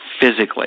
physically